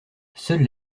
seules